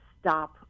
stop